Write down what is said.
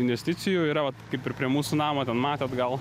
investicijų yra kaip ir prie mūsų namo ten matėt gal